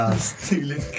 stealing